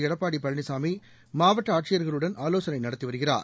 எடப்பாடி பழனிசாமி மாவட்ட ஆட்சியர்களுடன் ஆலோசனை நடத்தி வருகிறார்